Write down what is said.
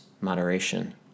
moderation